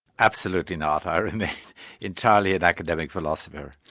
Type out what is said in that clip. absolutely not. i remain entirely an academic philosopher.